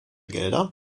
gelder